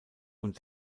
und